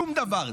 שום דבר.